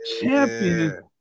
champion